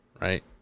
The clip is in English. right